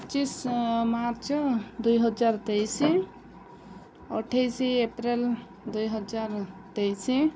ପଚିଶ ମାର୍ଚ୍ଚ ଦୁଇହଜାର ତେଇଶି ଅଠେଇଶି ଏପ୍ରିଲ ଦୁଇହଜାର ତେଇଶି